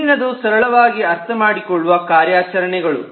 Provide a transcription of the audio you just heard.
ಮುಂದಿನದು ಸರಳವಾಗಿ ಅರ್ಥಮಾಡಿಕೊಳ್ಳುವ ಕಾರ್ಯಾಚರಣೆಗಳು